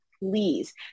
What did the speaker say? please